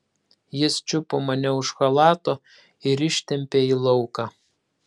jis čiupo mane už chalato ir ištempė į lauką